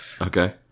Okay